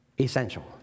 essential